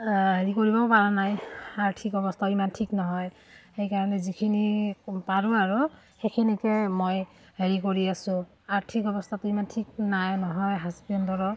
হেৰি কৰিবও পৰা নাই আৰ্থিক অৱস্থাও ইমান ঠিক নহয় সেইকাৰণে যিখিনি পাৰোঁ আৰু সেইখিনিকে মই হেৰি কৰি আছো আৰ্থিক অৱস্থাটো ইমান ঠিক নাই নহয় হাজবেণ্ডৰো